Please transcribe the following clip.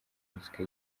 muzika